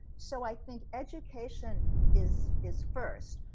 so i think education is is first.